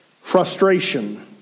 Frustration